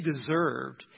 deserved